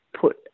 put